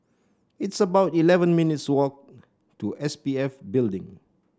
it's about eleven minutes' walk to S P F Building